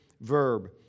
verb